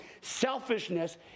selfishness